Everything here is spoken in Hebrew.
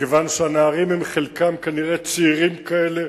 מכיוון שהנערים חלקם כנראה צעירים כאלה